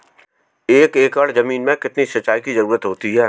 एक एकड़ ज़मीन में कितनी सिंचाई की ज़रुरत होती है?